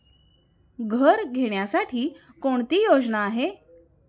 घर घेण्यासाठी कोणती योजना आहे?